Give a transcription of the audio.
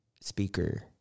speaker